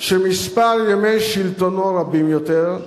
שמספר ימי שלטונו רבים יותר,